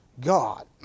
god